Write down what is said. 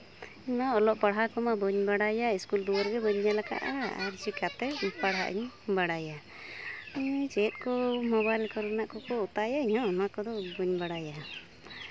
ᱤᱧᱢᱟ ᱚᱞᱚᱜ ᱯᱟᱲᱦᱟᱣ ᱠᱚᱢᱟ ᱵᱟᱹᱧ ᱵᱟᱲᱟᱭᱟ ᱥᱠᱩᱞ ᱫᱩᱣᱟᱹᱨ ᱜᱮ ᱵᱟᱹᱧ ᱧᱮᱞ ᱠᱟᱜᱼᱟ ᱟᱨ ᱪᱤᱠᱟᱹᱛᱮ ᱯᱟᱲᱦᱟᱜ ᱤᱧ ᱵᱟᱲᱟᱭᱟ ᱪᱮᱫ ᱠᱚ ᱢᱳᱵᱟᱭᱤᱞ ᱠᱚᱨᱮᱱᱟᱜ ᱠᱚᱠᱚ ᱚᱛᱟᱭᱟ ᱤᱧᱦᱚᱸ ᱚᱱᱟ ᱠᱚᱫᱚ ᱵᱟᱹᱧ ᱵᱟᱲᱟᱭᱟ